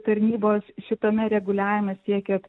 tarnybos šitame reguliavime siekia